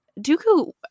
Dooku